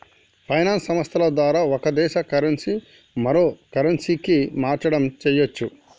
finance సంస్థల ద్వారా ఒక దేశ కరెన్సీ మరో కరెన్సీకి మార్చడం చెయ్యచ్చు